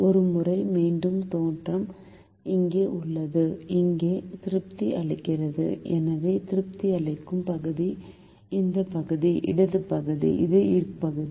ஒருமுறை மீண்டும் தோற்றம் இங்கே உள்ளது இங்கே திருப்தி அளிக்கிறது எனவே திருப்தி அளிக்கும் பகுதி இந்த பகுதி இடது பகுதி இது இப்பகுதி